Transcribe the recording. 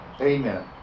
Amen